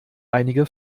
einige